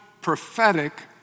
prophetic